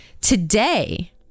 today